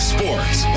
Sports